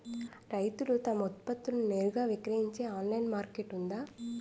రైతులు తమ ఉత్పత్తులను నేరుగా విక్రయించే ఆన్లైన్ మార్కెట్ ఉందా?